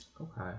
okay